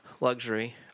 Luxury